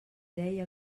deia